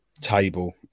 table